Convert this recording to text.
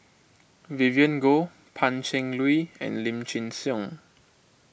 Vivien Goh Pan Cheng Lui and Lim Chin Siong